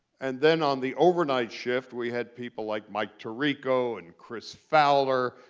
and then on the overnight shift we had people like mike tirico, and chris fowler,